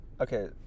Okay